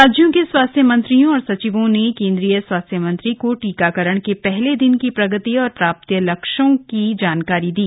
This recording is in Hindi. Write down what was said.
राज्यों के स्वास्थ्य मंत्रियों और सचिवों ने केन्द्रीय स्वास्थ्य मंत्री को टीकाकरण के पहले दिन की प्रगति और प्राप्त लक्ष्यों की जानकारी दी